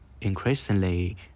increasingly